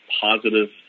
positive